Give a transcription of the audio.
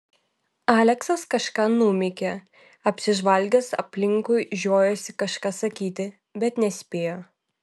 aleksas kažką numykė apsižvalgęs aplinkui žiojosi kažką sakyti bet nespėjo